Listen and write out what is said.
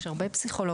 יש הרבה פסיכולוגים,